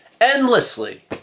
endlessly